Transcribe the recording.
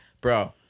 bro